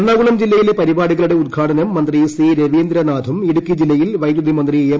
എറണാകുളം ജില്ലയിലെ പരിപാടികളുടെ ഉദ്ഘാടനം മന്ത്രി സി രവീന്ദ്രനാഥും ഇടുക്കി ജില്ലയിൽ വൈദ്യുതിമന്ത്രി എം